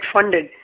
funded